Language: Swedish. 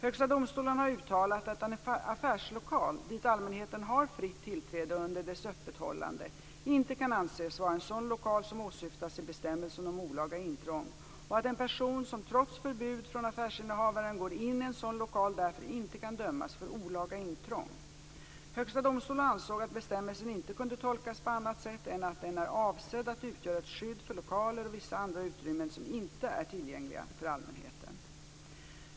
Högsta domstolen har uttalat att en affärslokal, dit allmänheten har fritt tillträde under dess öppethållande, inte kan anses vara en sådan lokal som åsyftas i bestämmelsen om olaga intrång och att en person som, trots förbud från affärsinnehavaren går in i en sådan lokal, därför inte kan dömas för olaga intrång. Högsta domstolen ansåg att bestämmelsen inte kunde tolkas på annat sätt än att den är avsedd att utgöra ett skydd för lokaler och vissa andra utrymmen som inte är tillgängliga för allmänheten .